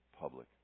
public